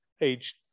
age